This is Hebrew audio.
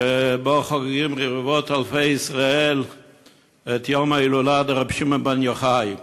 שבו חוגגים רבבות-אלפי ישראל את יום ההילולה דרבי שמעון בר יוחאי.